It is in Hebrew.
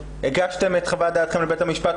הגשתם את חוות דעתכם לבית המשפט,